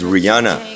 Rihanna